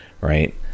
right